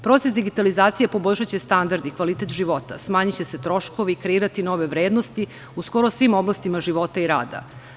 Proces digitalizacije poboljšaće standard i kvalitet života, smanjiće se troškovi, kreirati nove vrednosti u skoro svim oblastima života i rada.